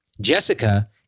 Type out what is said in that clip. Jessica